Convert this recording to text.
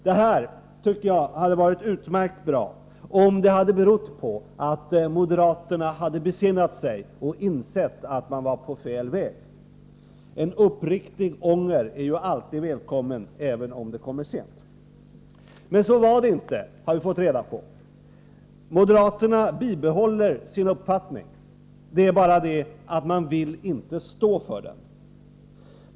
Jag tycker att detta hade varit utmärkt bra om det hade berott på att moderaterna hade besinnat sig och insett att de var på fel väg. En uppriktig ånger är alltid välkommen, även om den kommer sent. Men så var det inte, har vi fått reda på. Moderaterna vidhåller sin uppfattning — de vill bara inte stå för den.